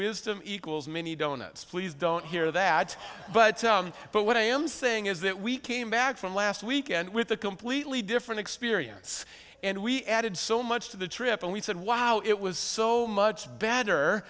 wisdom equals many donuts please don't hear that but but what i am saying is that we came back from last weekend with a completely different experience and we added so much to the trip and we said wow it was so much better